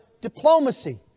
diplomacy